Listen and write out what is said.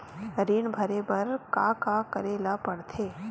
ऋण भरे बर का का करे ला परथे?